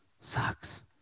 Sucks